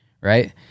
right